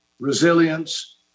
resilience